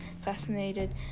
fascinated